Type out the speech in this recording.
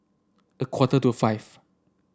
a quarter to five